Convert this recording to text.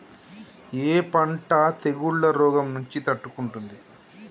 ఏ పంట తెగుళ్ల రోగం నుంచి తట్టుకుంటుంది?